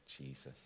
Jesus